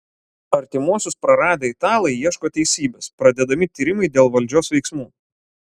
artimuosius praradę italai ieško teisybės pradedami tyrimai dėl valdžios veiksmų